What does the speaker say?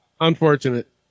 Unfortunate